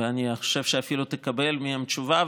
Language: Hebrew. ואני חושב שאפילו תקבל מהם תשובה,